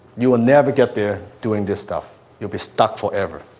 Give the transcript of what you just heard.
you will never get there doing this stuff. you'll be stuck forever.